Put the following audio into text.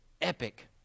epic